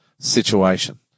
situation